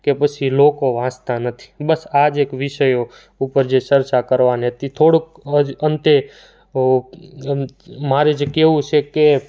કે પછી લોકો વાંચતાં નથી બસ આ જ એક વિષયો ઉપર જે ચર્ચા કરવાની હતી થોડુંક હજી અંતે એમ મારે જે કેવું છે કે